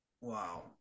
wow